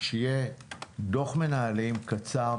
שיהיה דוח מנהלים קצר,